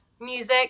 music